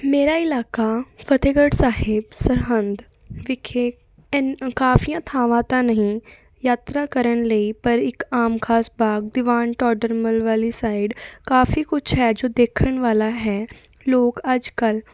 ਮੇਰਾ ਇਲਾਕਾ ਫਤਿਹਗੜ੍ਹ ਸਾਹਿਬ ਸਰਹਿੰਦ ਵਿਖੇ ਐਨ ਕਾਫੀ ਥਾਵਾਂ ਤਾਂ ਨਹੀਂ ਯਾਤਰਾ ਕਰਨ ਲਈ ਪਰ ਇੱਕ ਆਮ ਖਾਸ ਬਾਗ ਦੀਵਾਨ ਟੋਡਰ ਮੱਲ ਵਾਲੀ ਸਾਈਡ ਕਾਫੀ ਕੁਛ ਹੈ ਜੋ ਦੇਖਣ ਵਾਲਾ ਹੈ ਲੋਕ ਅੱਜ ਕੱਲ੍ਹ